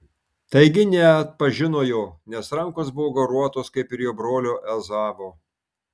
taigi neatpažino jo nes rankos buvo gauruotos kaip ir jo brolio ezavo